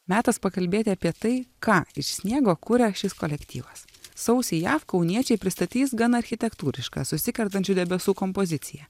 metas pakalbėti apie tai ką iš sniego kuria šis kolektyvas sausį jav kauniečiai pristatys gana architektūrišką susikertančių debesų kompoziciją